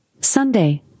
Sunday